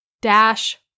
dash